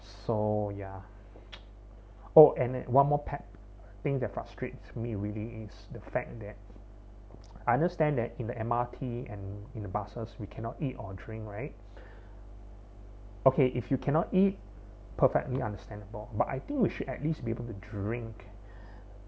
so ya oh and one more pet thing that frustrates me really is the fact that I understand that in the M_R_T and in the buses we cannot eat or drink right okay if you cannot eat perfectly understandable but I think we should at least be able to drink